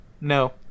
no